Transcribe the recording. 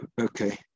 okay